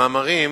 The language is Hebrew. המאמרים